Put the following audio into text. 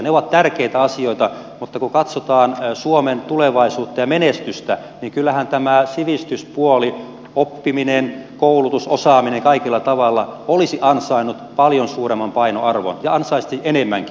ne ovat tärkeitä asioita mutta kun katsotaan suomen tulevaisuutta ja menestystä niin kyllähän tämä sivistyspuoli oppiminen koulutus osaaminen kaikella tavalla olisi ansainnut paljon suuremman painoarvon ja ansaitsisi enemmänkin